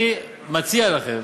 אני מציע לכם